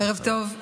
ערב טוב.